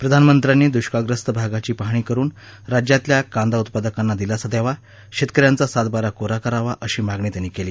प्रधानमंत्र्यांनी दुष्काळग्रस्त भागाची पाहणी करुन राज्यातल्या कांदा उत्पादकांना दिलासा दयावा शेतकऱ्यांचा सातबारा कोरा करावा अशी मागणी त्यांनी केली